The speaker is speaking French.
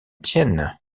tienne